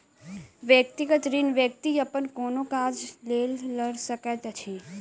व्यक्तिगत ऋण व्यक्ति अपन कोनो काजक लेल लऽ सकैत अछि